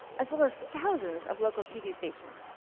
as well as thousands of local tv stations.